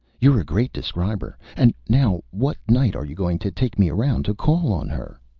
you're a great describer. and now what night are you going to take me around to call on her?